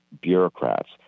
bureaucrats